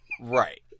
right